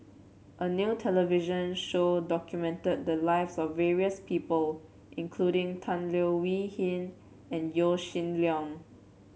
a new television show documented the lives of various people including Tan Leo Wee Hin and Yaw Shin Leong